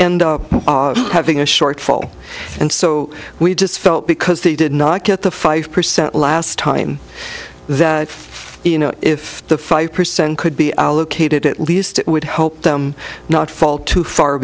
end up having a shortfall and so we just felt because they did not get the five percent last time that you know if the five percent could be located at least it would hope not fall too far